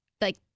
like-